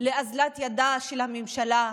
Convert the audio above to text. בגלל אוזלת ידה של הממשלה,